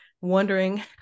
wondering